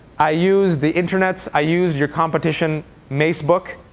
i used the internets. i used your competition macebook.